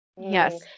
yes